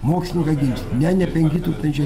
mokslininkai ginčija ne ne ne penki tūkstančiai